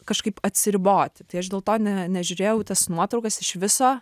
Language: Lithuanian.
kažkaip atsiriboti tai aš dėl to ne nežiūrėjau į tas nuotraukas iš viso